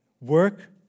Work